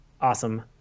Awesome